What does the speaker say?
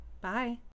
Bye